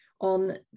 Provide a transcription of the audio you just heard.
on